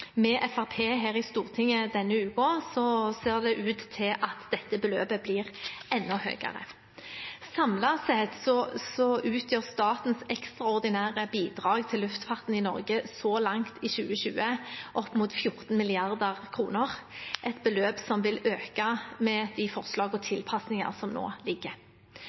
med Fremskrittspartiet her i Stortinget denne uken ser det ut til at dette beløpet blir enda høyere. Samlet sett utgjør statens ekstraordinære bidrag til luftfarten i Norge så langt i 2020 opp mot 14 mrd. kr, et beløp som vil øke med de forslag og tilpasninger som nå